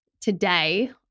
today